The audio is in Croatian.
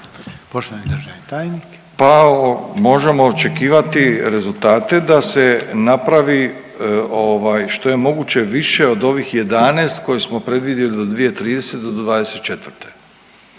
Poštovani državni tajnik. **Milatić, Ivo** Pa možemo očekivati rezultate da se napravi ovaj što je moguće više od ovih 11 kojih smo predvidjeli do 2030. do '24.,